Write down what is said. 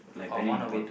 oh one of it